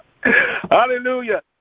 Hallelujah